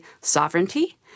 sovereignty